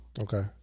okay